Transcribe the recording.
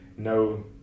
no